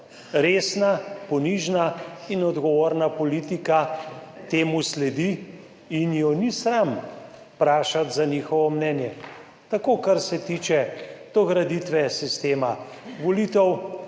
Resna, ponižna in odgovorna politika temu sledi in jo ni sram vprašati za njihovo mnenje, tako kar se tiče dograditve sistema volitev